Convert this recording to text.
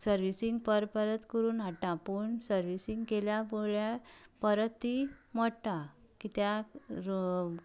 servicing परत परत करून हाडटा पूण सर्विसींग केल्यार परत ती मोडटा कित्यांक